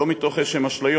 לא מתוך אשליות